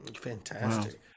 fantastic